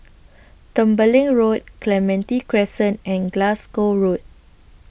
Tembeling Road Clementi Crescent and Glasgow Road